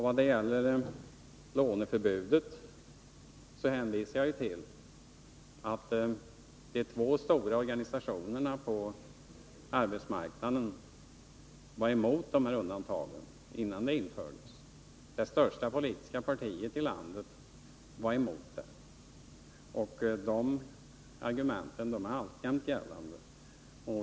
Vad det gäller låneförbudet hänvisade jag till att de två stora organisationerna på arbetsmarknaden var emot dessa undantag innan de infördes. Det största politiska partiet i landet var också emot dem. De argument som då anfördes är alltjämt gällande.